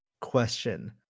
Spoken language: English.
question